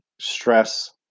stress